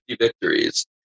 victories